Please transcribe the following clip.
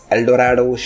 Eldorado